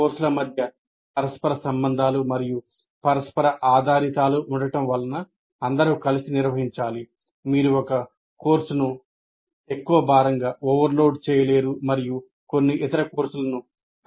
కోర్సుల మధ్య పరస్పర సంబంధాలు మరియు పరస్పర ఆధారితాలు ఉండటం వలన అందరూ కలిసి నిర్వహించాలి మీరు ఒక కోర్సును ఎక్కువ భారం గా చేయలేరు మరియు కొన్ని ఇతర కోర్సులను తక్కువ భారం గా చేయలేరు